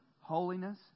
holiness